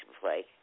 play